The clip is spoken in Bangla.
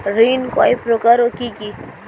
ঋণ কয় প্রকার ও কি কি?